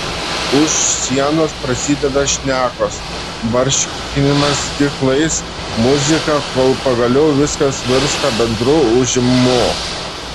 už sienos prasideda šnekos barškinimas stiklais muzika kol pagaliau viskas virsta bendru ūžimu